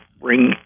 bring